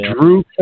Drew